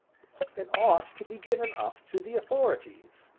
and ought to be given up to the authorities.